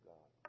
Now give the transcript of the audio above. God